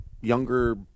younger